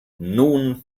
nun